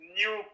new